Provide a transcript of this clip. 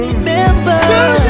Remember